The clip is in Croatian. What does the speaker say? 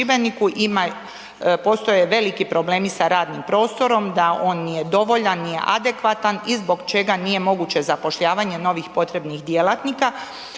postoje veliki problemi sa radnim prostorom, da on nije dovoljan, nije adekvatan i zbog čega nije moguće zapošljavanje novih potrebnih djelatnika.